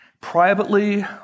privately